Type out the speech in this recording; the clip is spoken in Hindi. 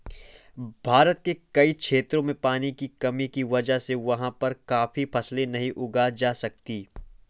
भारत के कई क्षेत्रों में पानी की कमी की वजह से वहाँ पर काफी फसलें नहीं उगाई जा सकती